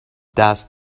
دست